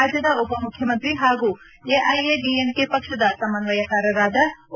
ರಾಜ್ಞದ ಉಪಮುಖ್ಚುಮಂತ್ರಿ ಹಾಗೂ ಎಐಎಡಿಎಂಕೆ ಪಕ್ಷದ ಸಮನ್ವಯಕಾರರಾದ ಒ